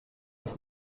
auf